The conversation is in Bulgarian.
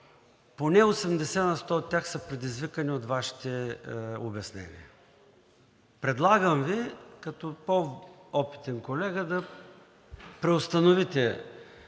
поне 80 на сто от тях са предизвикани от Вашите обяснения. Предлагам Ви като по-опитен колега да преустановите